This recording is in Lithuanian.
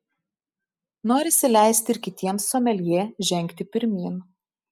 norisi leisti ir kitiems someljė žengti pirmyn